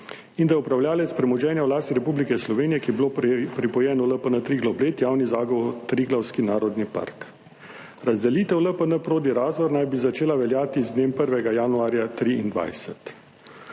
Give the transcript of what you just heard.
in da je upravljavec premoženja v lasti Republike Slovenije, ki je bilo pripojeno LPN Triglav Bled, Javni zavod Triglavski narodni park. Razdelitev LPN Prodi Razor naj bi začela veljati z dnem 1. januarja 2023.